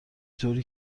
طوری